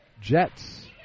Jets